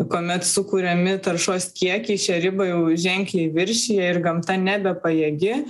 kuomet sukuriami taršos kiekiai šią ribą jau ženkliai viršija ir gamta nebepajėgi